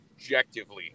objectively